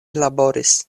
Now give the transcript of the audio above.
laboris